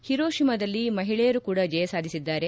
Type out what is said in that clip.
ಹಿರೋಶಿಮಾದಲ್ಲಿ ಮಹಿಳೆಯರು ಕೂಡ ಜಯ ಸಾಧಿಸಿದ್ದಾರೆ